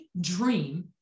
dream